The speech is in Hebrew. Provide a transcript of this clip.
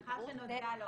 כן, לאחר שנודע לו.